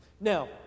Now